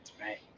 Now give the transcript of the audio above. Right